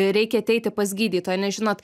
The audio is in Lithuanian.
reikia ateiti pas gydytoją nes žinot